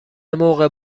موقع